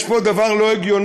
יש פה דבר לא הגיוני,